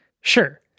Sure